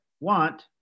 want